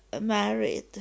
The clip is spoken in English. married